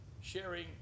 sharing